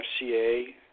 FCA